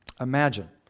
imagine